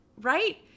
right